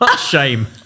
shame